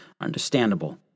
Understandable